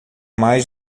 mais